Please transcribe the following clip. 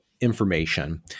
information